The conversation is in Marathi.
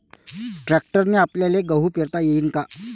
ट्रॅक्टरने आपल्याले गहू पेरता येईन का?